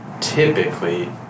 typically